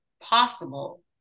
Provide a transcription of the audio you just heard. possible